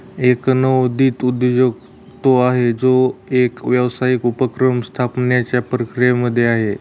एक नवोदित उद्योजक तो आहे, जो एक व्यावसायिक उपक्रम स्थापण्याच्या प्रक्रियेमध्ये आहे